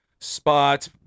spot